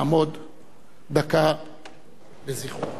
דקה לזכרו.